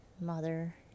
mother